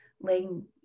laying